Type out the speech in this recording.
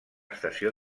estació